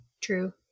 true